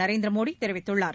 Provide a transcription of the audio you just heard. நரேந்திர மோடி தெரிவித்துள்ளார்